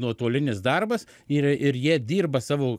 nuotolinis darbas ir ir jie dirba savo